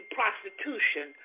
prostitution